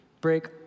break